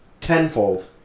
Tenfold